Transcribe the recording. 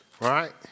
right